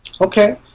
Okay